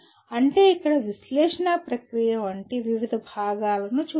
అంటే ఇక్కడ విశ్లేషణ ప్రక్రియ వంటి వివిధ భాగాలను చూడండి